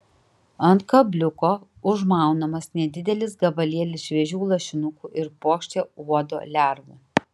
ant kabliuko užmaunamas nedidelis gabalėlis šviežių lašinukų ir puokštė uodo lervų